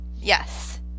Yes